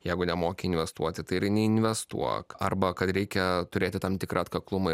jeigu nemoki investuoti tai ir neinvestuok arba kad reikia turėti tam tikrą atkaklumą ir